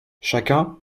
chacun